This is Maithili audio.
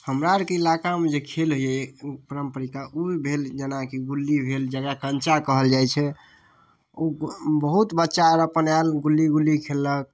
हमरा अरके इलाकामे जे खेल होइए उ परम्परिका उ भेल जेनाकी गुल्ली भेल जकरा कञ्चा कहल जाइ छै उ बहुत बच्चा अर अपन आयल गुल्ली गुल्ली खेललक